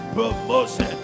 Promotion